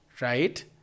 right